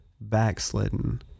backslidden